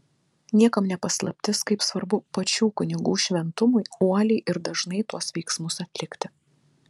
niekam ne paslaptis kaip svarbu pačių kunigų šventumui uoliai ir dažnai tuos veiksmus atlikti